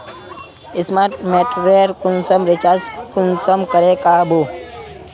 Smart मीटरेर कुंसम recharge कुंसम करे का बो?